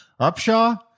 Upshaw